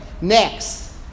next